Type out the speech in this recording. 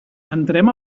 entrem